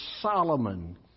Solomon